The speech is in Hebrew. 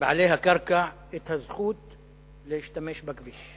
בעלי הקרקע את הזכות להשתמש בכביש.